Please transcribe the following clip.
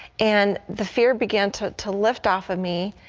and the fear began to to lift off of me,